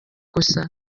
gusa